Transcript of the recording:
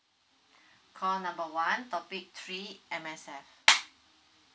call number one topic three M_S_F